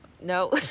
no